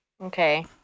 Okay